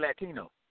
Latino